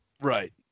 right